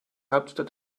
hauptstadt